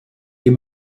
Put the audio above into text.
est